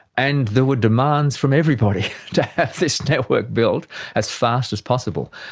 and there were demands from everybody to have this network built as fast as possible.